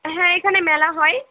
হ্যাঁ এখানে মেলা হয়